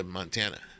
Montana